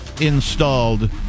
installed